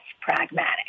pragmatic